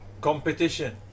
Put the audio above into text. Competition